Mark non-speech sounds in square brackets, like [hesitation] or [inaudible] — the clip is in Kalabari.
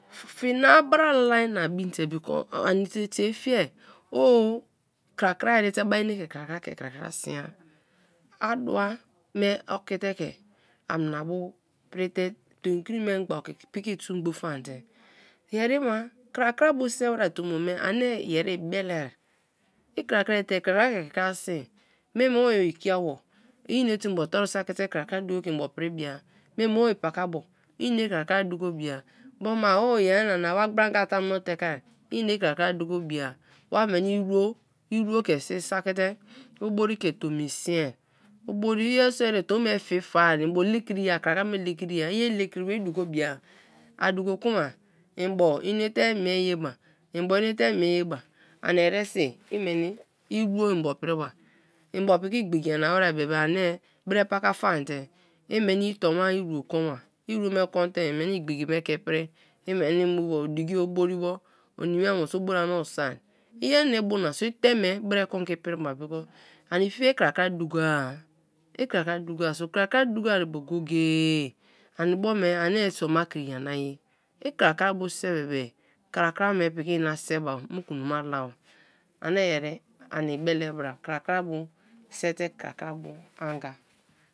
Fiena bralala na binte [hesitation] antie fiei o kra kra erite ba ne ke kia kra ke kra kra siai odua me okite ke amna bu prite tomkri memgba oki ki tugboŉ faan te yeri ma kra kra bo siie wari tombo me ani ibelea i kra kra ke krakra sin meime o- ikiabo ine te imbo toru saki te kra kra duko ke mbo pribia me me o- ipakabo ine krakra duko bia bia ma o yerina na wa gbran ngan tamuno teke ini krakra du kobia wa meni iro, iro ke si sa kite obori ke tomi sai obori ke tomi siai obori iye so re tombo mi fia fa mbo lekri ya kra kra me lekri ya iyeri le kri wer i duko bia duko kuma mbo neite mei ye mbo ineite ye ba ani eresi imeni iro mbo priba mbo piki igbiki nyana wer bebe ani bre paka fan tei meni tonwa iro kon ba, iro me konte imeni igbikime ke pri [unintelligible] o diki o borie bo oniama meniso obori ani-so, lyei na ibu so i teme bre kon kei pri ba [unintelligible] ani fiei i kra krai dukoar i krakrai dukoar so kra kra dokoaribo go-go-e ani bo me ani so-ama krin yana ye i kra kra bo siie ibe be kra kra piki ina siei ba mu knoma la ba, ani yeri ani bele bra kra kra bu siete kra bu seite krakra bu anga.